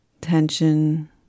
tension